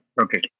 okay